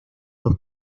dos